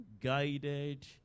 guided